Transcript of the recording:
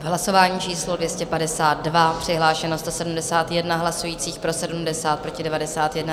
Hlasování číslo 252, přihlášeno 171 hlasujících, pro 70, proti 91.